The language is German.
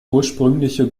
ursprüngliche